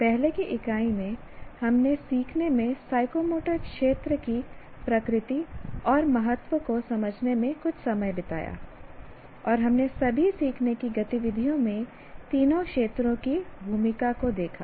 पहले की इकाई में हमने सीखने में साइकोमोटर क्षेत्र की प्रकृति और महत्व को समझने में कुछ समय बिताया और हमने सभी सीखने की गतिविधियों में तीनों क्षेत्रों की भूमिका को देखा